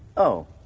oh.